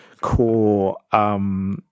core